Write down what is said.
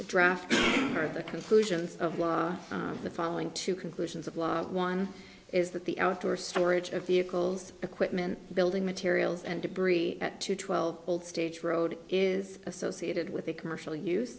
the draft of the conclusions of law the following two conclusions of law one is that the outdoor storage of vehicles equipment building materials and debris at two twelve old stage road is associated with the commercial use